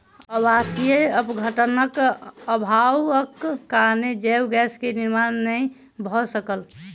अवायवीय अपघटनक अभावक कारणेँ जैव गैस के निर्माण नै भअ सकल